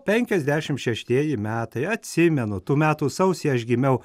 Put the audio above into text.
penkiasdešim šeštieji metai atsimenu tų metų sausį aš gimiau